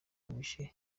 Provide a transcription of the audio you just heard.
wishe